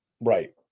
Right